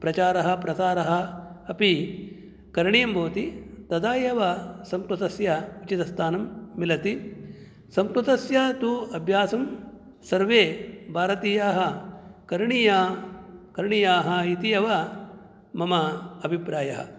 प्रचारः प्रसारः अपि करणीयं भवति तदा एव संस्कृतस्य उचितस्थानं मिलति संस्कृतस्य तु अभ्यासं सर्वे भारतीयाः करणीया करणीयाः इति एव मम अभिप्रायः